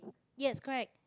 yes correct